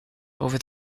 over